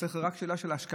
וזאת רק שאלה של השקעה,